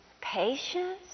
patience